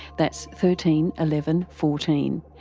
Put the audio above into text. that's thirteen eleven fourteen,